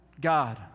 God